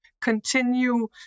continue